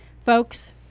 Folks